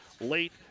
late